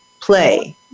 play